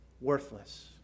Worthless